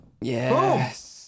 Yes